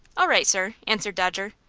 all right, sir, answered dodger.